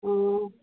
ꯑꯥ